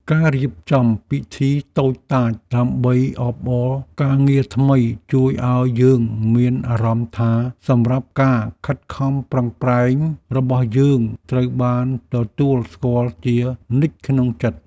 ការរៀបចំពិធីតូចតាចដើម្បីអបអរការងារថ្មីជួយឱ្យយើងមានអារម្មណ៍ថាសម្រាប់ការខិតខំប្រឹងប្រែងរបស់យើងត្រូវបានទទួលស្គាល់ជានិច្ចក្នុងចិត្ត។